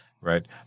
right